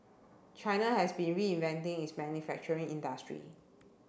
China has been reinventing its manufacturing industry